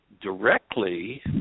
directly